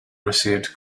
received